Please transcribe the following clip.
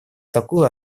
такую